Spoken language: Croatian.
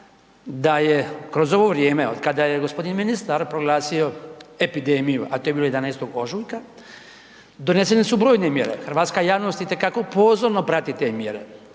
da je kroz ovo vrijeme otkada je g. ministar proglasio epidemiju, a to je bilo 11. ožujka donesene su brojne mjere. Hrvatska javnost itekako pozorno prati te mjere